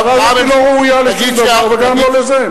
הממשלה הזאת לא ראויה לשום דבר וגם לא לזה.